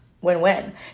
win-win